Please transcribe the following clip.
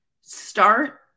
start